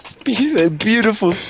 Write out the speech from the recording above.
Beautiful